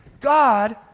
God